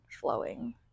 flowing